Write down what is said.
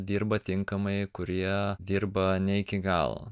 dirba tinkamai kurie dirba ne iki galo